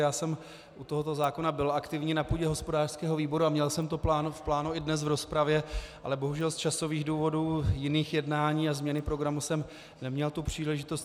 Já jsem u tohoto zákona byl aktivní na půdě hospodářského výboru a měl jsem to v plánu i dnes v rozpravě, ale bohužel z časových důvodů jiných jednání a změny programu jsem neměl tu příležitost.